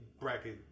bracket